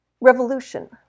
Revolution